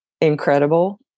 incredible